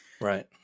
Right